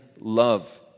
love